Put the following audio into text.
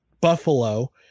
Buffalo